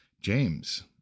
James